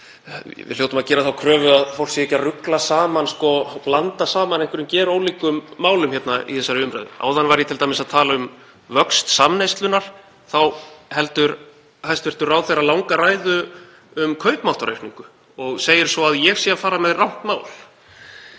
Við hljótum að gera þá kröfu að fólk sé ekki að rugla saman og blanda saman gerólíkum málum í þessari umræðu. Áðan var ég t.d. að tala um vöxt samneyslunnar. Þá heldur hæstv. ráðherra langa ræðu um kaupmáttaraukningu og segir svo að ég sé að fara með rangt mál.